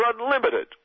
unlimited